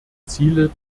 ziele